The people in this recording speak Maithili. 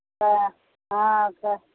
हँ हँ तऽ